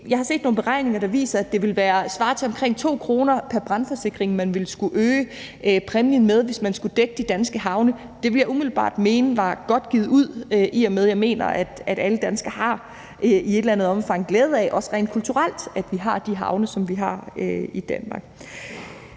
Jeg har set nogle beregninger, der viser, at det ville svare til omkring 2 kr. pr. brandforsikring, man skulle øge præmien med, hvis man skulle dække de danske havne. Det vil jeg umiddelbart mene var godt givet ud, i og med at jeg mener, at alle danskere i et eller andet omfang har glæde af